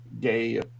gay